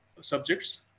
subjects